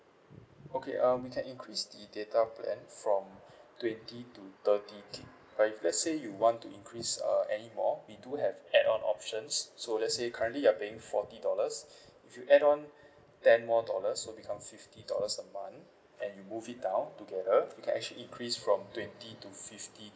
okay um we can increase the data plan from twenty to thirty gig but if let's say you want to increase uh anymore we do have add on options so let's say currently you're paying forty dollars if you add on ten more dollars so become fifty dollars a month and you move it down together you can actually increase from twenty to fifty